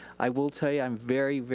i will tell you, i'm very, very,